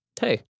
Hey